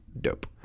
Dope